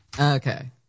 Okay